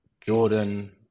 Jordan